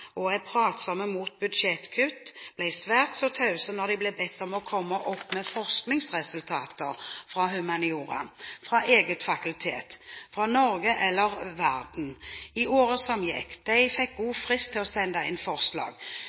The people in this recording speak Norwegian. og er pratsomme mot budsjettkutt, ble svært så tause når de ble bedt om å komme opp med forskningsresultater fra humaniora – fra eget fakultet, fra Norge eller verden – i året som gikk. De fikk god frist til å sende inn forslag.